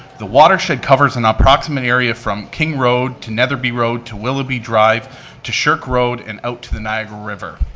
the watershed covers an approximate area from king road to netherby road to willaby drive to shirk road and out to the niagara river.